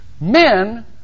Men